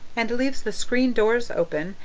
and leaves the screen doors open,